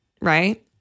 Right